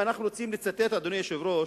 אם אנחנו רוצים לצטט, אדוני היושב-ראש,